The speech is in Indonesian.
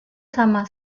sama